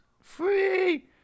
Free